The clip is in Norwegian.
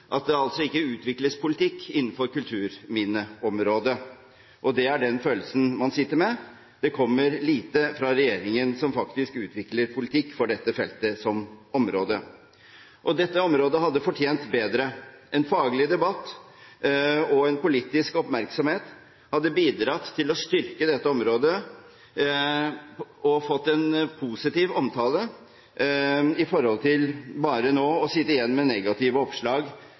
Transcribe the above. at det ikke utvikles politikk innenfor kulturminneområdet. Det er den følelsen man sitter med: Det kommer lite fra regjeringen som faktisk utvikler politikk for dette feltet, området. Dette området hadde fortjent bedre. En faglig debatt og en politisk oppmerksomhet hadde bidratt til å styrke dette området og ført til positiv omtale, i motsetning til at man nå bare sitter igjen med negative oppslag